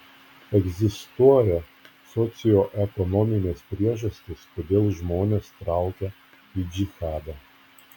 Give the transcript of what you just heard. egzistuoja socioekonominės priežastys kodėl žmonės traukia į džihadą